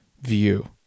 view